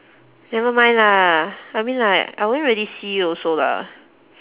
never mind lah I mean like I won't really see you also lah